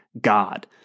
God